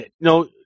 no